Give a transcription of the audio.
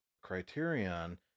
Criterion